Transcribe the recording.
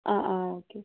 ആഹ് ആഹ് okay okay